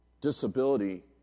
disability